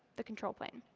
the control plane.